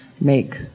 make